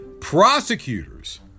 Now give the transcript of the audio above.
Prosecutors